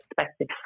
expected